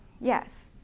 Yes